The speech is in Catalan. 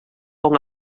com